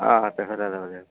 অঁ ট্ৰেভেলাৰ ল'ব লাগিব